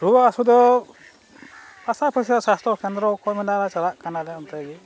ᱨᱩᱣᱟᱹ ᱦᱟᱥᱩ ᱫᱚ ᱟᱥᱟ ᱯᱚᱭᱥᱟ ᱥᱟᱥᱛᱷᱚ ᱠᱮᱱᱫᱨᱚ ᱠᱷᱚᱡ ᱢᱮᱱᱟ ᱪᱟᱞᱟᱜ ᱠᱟᱱᱟᱞᱮ ᱚᱱᱛᱮᱜᱮ